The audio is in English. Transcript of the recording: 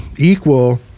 equal